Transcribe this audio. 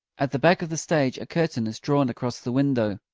at the back of the stage a curtain is drawn across the window.